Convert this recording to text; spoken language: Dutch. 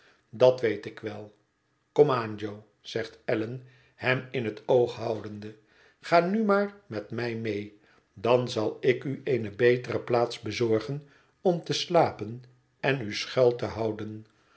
dat weet ik wel kom aan jo zegt allan hem in het oog houdende ga nu maar met mij mee dan zal ik u eene betere plaats bezorgen om te slapen en u schuil te houden